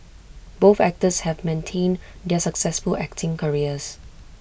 both actors have maintained their successful acting careers